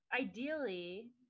ideally